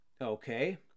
okay